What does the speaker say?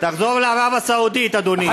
תחזור לערב-הסעודית, אדוני.